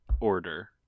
order